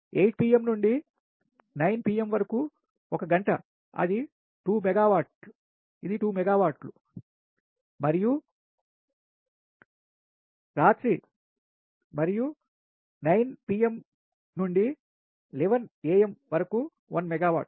8pm నుండి 9 వరకు1 గంట అది 2 మెగావాట్లు ఇది 2 మెగావాట్లు మరియు రాత్రి 9 నుండి ఉదయం 11 వరకు 1 మెగావాట్